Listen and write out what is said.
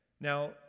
Now